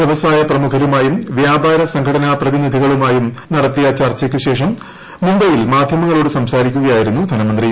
വ്യവസായ പ്രിമുഖ്രുമായും വ്യാപാര സംഘടനാ പ്രതിനിധികളുമായും നടത്തിയ ചർച്ചയ്ക്കുശേഷം മുംബൈയിൽ മാധ്യമങ്ങളോട് സംസാരിക്കുകയായിരുന്നു ധനമന്ത്രി